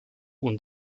und